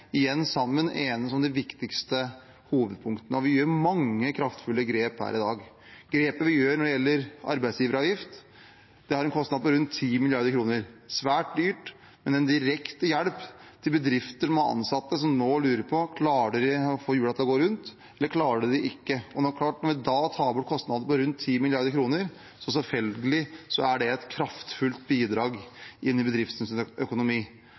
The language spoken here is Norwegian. igjen enes om de viktigste polpunktene. Vi gjør mange kraftfulle grep her i dag. Grepet vi tar når det gjelder arbeidsgiveravgift, har en kostnad på rundt 10 mrd. kr – svært dyrt, men en direkte hjelp til bedrifter med ansatte som nå lurer på om de klarer å få hjulene til å gå rundt, eller om de ikke klarer det. Når man tar bort kostnader på rundt 10 mrd. kr, er det selvfølgelig et kraftfullt bidrag til bedriftenes økonomi. Vi skal være et storting for hele Norge, derfor er det